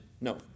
No